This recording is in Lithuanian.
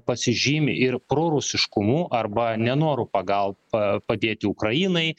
pasižymi ir prorusiškumu arba nenoru pagal padėti ukrainai